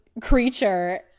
creature